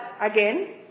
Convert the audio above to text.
again